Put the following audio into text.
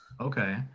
okay